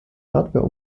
hardware